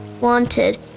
wanted